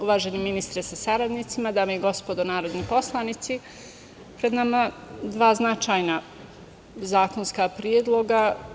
Uvaženi ministre sa saradnicima, dame i gospodo narodni poslanici, pred nama su dva značajna zakonska predloga.